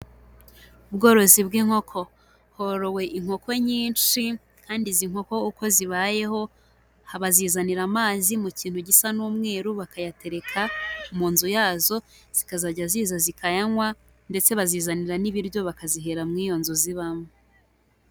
Ubworozi bw'inkoko, horowe inkoko nyinshi kandi izi nkoko uko zibayeho bazizanira amazi mu kintu gisa n'umweru bakayatereka mu nzu yazo, zikazajya ziza zikayanywa ndetse bazizanira n'ibiryo bakazihera muri iyo nzu zibamo.